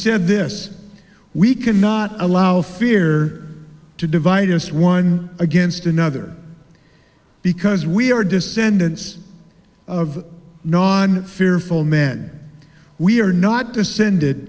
said this we cannot allow fear to divide us one against another because we are descendants of non fearful men we are not descended